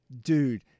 dude